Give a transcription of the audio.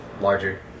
larger